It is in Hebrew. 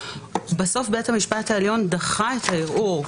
בסוף בית המשפט העליון דחה את הערעור,